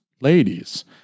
ladies